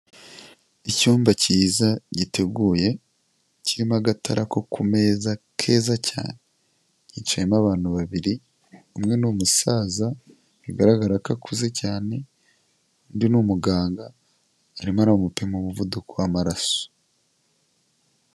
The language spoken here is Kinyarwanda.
Icyumba kiza giteguye, kirimo agatara ko ku meza keza cyane, hicayemo abantu babiri, umwe ni umusaza, bigaragara ko akuze cyane, undi ni umuganga arimo aramupima umuvuduko w'amaraso.